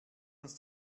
uns